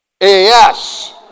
Yes